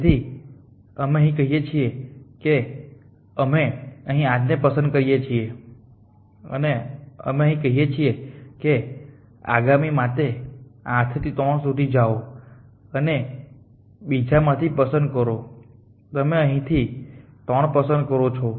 તેથી અમે કહીએ છીએ કે અમે અહીં 8 પસંદ કરીએ છીએ અને અમે કહીએ છીએ કે આગામી માટે 8 થી 3 સુધી જાઓ અને બીજામાંથી પસંદ કરો તમે અહીંથી 3 પસંદ કરો છો